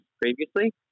previously